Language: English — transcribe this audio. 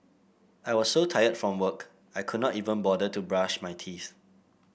I was so tired from work I could not even bother to brush my teeth